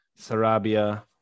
Sarabia